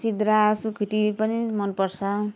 सिद्रा सुकुटी पनि मनपर्छ